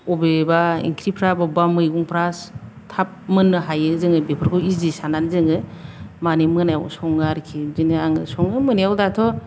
अबेबा ओंख्रिफ्रा बबेबा मैगंफ्रा थाब मोननो हायो जोङो बेफोरखौ इजि साननानै जोङो मानि मोनायाव सङो आरोखि बिदिनो आङो सङो मोनायाव दाथ'